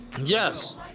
yes